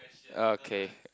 okay